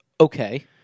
okay